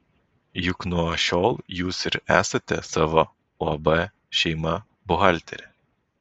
juk nuo šiol jūs ir esate savo uab šeima buhalterė